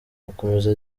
akomeza